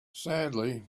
sadly